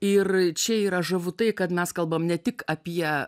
ir čia yra žavu tai kad mes kalbam ne tik apie